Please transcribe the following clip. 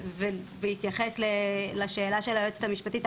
בהתייחס לשאלה של היועצת המשפטית,